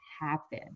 happen